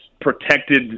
protected